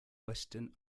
western